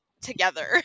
together